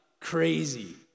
crazy